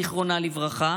זיכרונה לברכה,